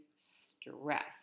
stress